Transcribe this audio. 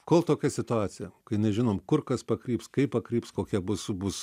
kol tokia situacija kai nežinom kur kas pakryps kaip pakryps kokia bus bus